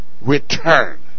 return